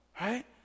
Right